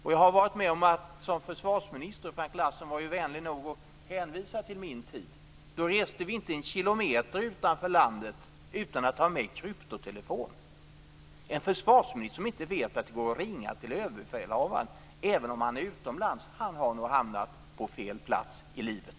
På min tid som försvarsminister, som Frank Lassen var vänlig nog att hänvisa till, reste vi inte en kilometer utanför landet utan att ha med kryptotelefon. En försvarsminister som inte vet att det går att ringa till överbefälhavaren även om denne är utomlands har nog hamnat på fel plats i livet.